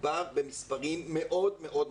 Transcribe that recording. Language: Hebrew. בסך הכול מדובר במספרים מאוד מאוד מצומצמים.